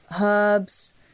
herbs